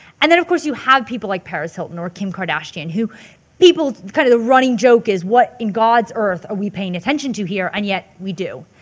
and then of course you have people like paris hilton or kim kardashian who people kind of the running joke is, what in god's earth are we paying attention to here? here? and yet, we do.